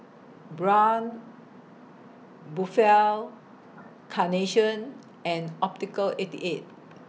Braun Buffel Carnation and Optical eighty eight